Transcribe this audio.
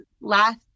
last